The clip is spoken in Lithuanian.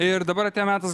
ir dabar atėjo metas